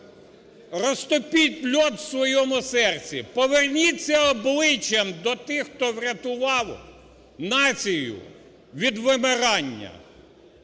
Розтопіть лід у своєму серці, поверніться обличчям до тих, хто врятував націю від вимирання!